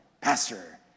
Pastor